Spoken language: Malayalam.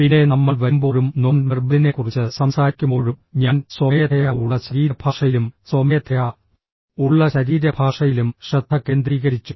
പിന്നെ നമ്മൾ വരുമ്പോഴും നോൺ വെർബലിനെക്കുറിച്ച് സംസാരിക്കുമ്പോഴും ഞാൻ സ്വമേധയാ ഉള്ള ശരീരഭാഷയിലും സ്വമേധയാ ഉള്ള ശരീരഭാഷയിലും ശ്രദ്ധ കേന്ദ്രീകരിച്ചു